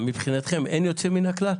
מבחינתכם אין יוצא מן הכלל?